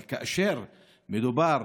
אבל כאשר מדובר